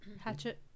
Hatchet